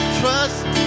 trust